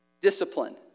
discipline